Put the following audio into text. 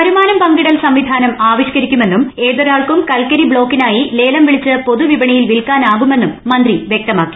വരുമാനം പങ്കിടൽ സംവിധാനം ആവിഷ്കരിക്കുമെന്നും ഏതൊരാൾക്കും കൽക്കരി ബ്ലോക്കിനായി ലേലം വിളിച്ച് പൊതു വിപണിയിൽ വിൽക്കാനാകുമെന്നും മന്ത്രി വൃക്തമാക്കി